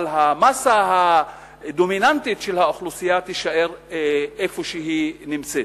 אבל המאסה הדומיננטית של האוכלוסייה תישאר איפה שהיא נמצאת.